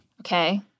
Okay